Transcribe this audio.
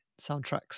soundtracks